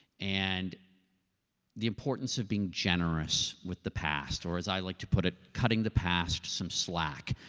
and the importance of being generous with the past or as i like to put it, cutting the past some slack,